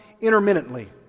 intermittently